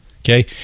Okay